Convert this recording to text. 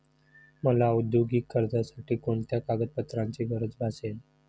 मला औद्योगिक कर्जासाठी कोणत्या कागदपत्रांची गरज भासेल?